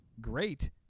great